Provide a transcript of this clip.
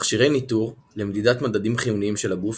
מכשירי ניטור למדידת מדדים חיוניים של הגוף,